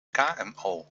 kmo